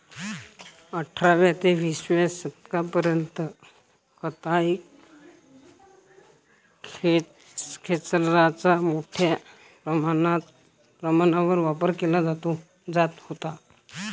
अठराव्या ते विसाव्या शतकापर्यंत कताई खेचराचा मोठ्या प्रमाणावर वापर केला जात होता